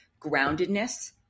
groundedness